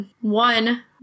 one